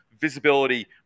visibility